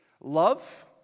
Love